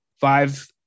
Five